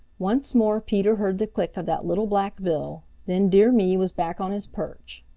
once more peter heard the click of that little black bill, then dear me was back on his perch.